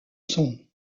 son